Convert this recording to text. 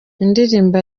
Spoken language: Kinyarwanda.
indirimbo